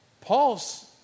Paul's